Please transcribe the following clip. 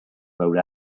rode